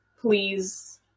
please